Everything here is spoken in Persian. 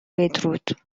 بدرود